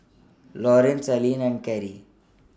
Laurance Alline and Kerri